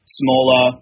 smaller